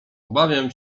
obawiam